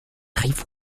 rive